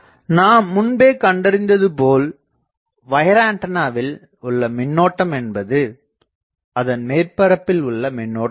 நாம் முன்பே கண்டறிந்தது போல் வயர் ஆண்டனாவில் உள்ள மின்னோட்டம் என்பது அதன் மேற்பரப்பில் உள்ள மின்னோட்டம் ஆகும்